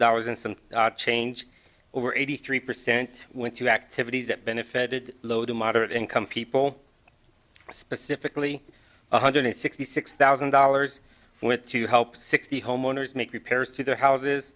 dollars and some change over eighty three percent went to activities that benefited low to moderate income people specifically one hundred sixty six thousand dollars went to help sixty homeowners make repairs to their houses